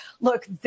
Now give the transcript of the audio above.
Look